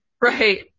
Right